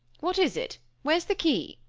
what is it? where's the key?